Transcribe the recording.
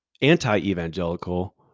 anti-evangelical